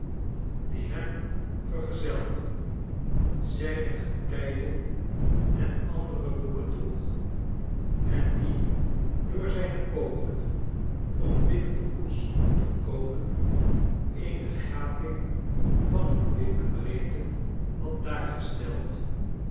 die hem verzelde zijne getijde en andere boeken droeg en die door zijne pogingen om binnen de koets te komen eene gaping van een pink breedte had